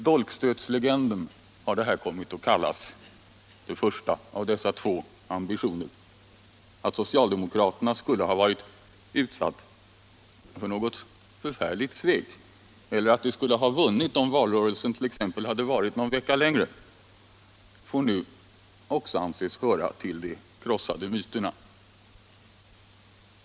Dolkstötslegenden, att socialdemokraterna skulle ha varit utsatta för något förfärligt svek eller att de skulle ha vunnit om valrörelsen t.ex. hade varat någon vecka längre, får nu också anses höra till de krossade myterna.